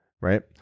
Right